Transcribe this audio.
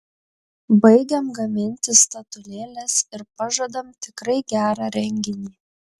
baigiam gaminti statulėles ir pažadam tikrai gerą renginį